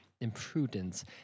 imprudence